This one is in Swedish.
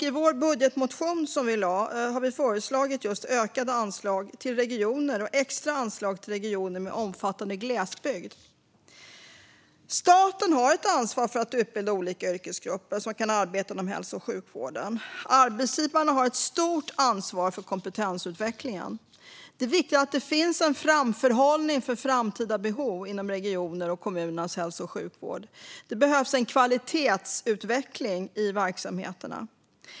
I vår budgetmotion som vi lade fram har vi föreslagit just ökade anslag till regioner och extra anslag till regioner med omfattande glesbygd. Staten har ett ansvar för att utbilda olika yrkesgrupper som kan arbeta inom hälso och sjukvården. Arbetsgivarna har ett stort ansvar för kompetensutvecklingen. Det är viktigt att det finns en framförhållning för framtida behov inom regionernas och kommunernas hälso och sjukvård. Det behövs en kvalitetsutveckling i verksamheterna.